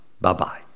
Bye-bye